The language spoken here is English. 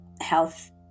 health